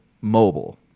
mobile